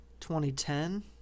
2010